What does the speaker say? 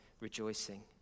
rejoicing